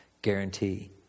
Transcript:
Guarantee